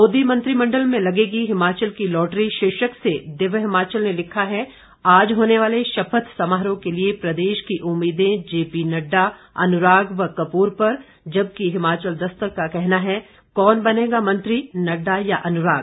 मोदी मंत्रिमंडल में लगेगी हिमाचल की लॉटरी शीर्षक से दिव्य हिमाचल ने लिखा है आज होने वाले शपथ समारोह के लिए प्रदेश की उम्मीदें जेपी नड़डा अनुराग व कपूर पर जबकि हिमाचल दस्तक का कहना है कौन बनेगा मंत्री नड्डा या अनुराग